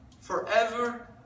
forever